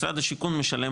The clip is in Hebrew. משרד השיכון משלם